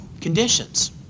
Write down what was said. conditions